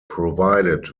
provided